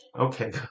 Okay